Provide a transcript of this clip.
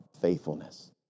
faithfulness